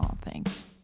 thanks